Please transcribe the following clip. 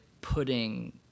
putting